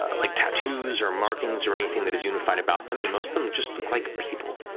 ah like tattoos or markings or anything that is unified about them, and most of them just look like people.